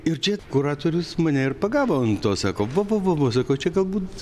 ir čia kuratorius mane ir pagavo ant to sako vo vo vo vo sako čia galbūt